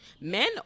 Men